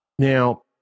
Now